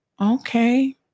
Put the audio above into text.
Okay